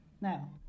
Now